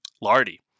Lardy